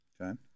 Okay